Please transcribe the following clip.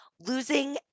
Losing